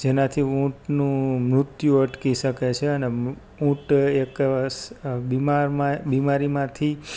જેનાથી ઉંટનું મૃત્યુ અટકી શકે છે અને ઉંટ એક વર્ષ બીમારમાં બીમારીમાંથી